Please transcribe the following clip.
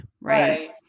right